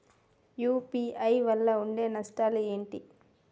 UPI వల్ల ఉండే నష్టాలు ఏంటి??